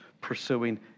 pursuing